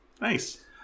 nice